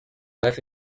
hafi